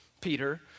Peter